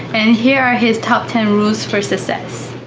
and here are his top ten rules for success.